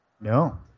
No